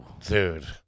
Dude